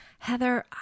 Heather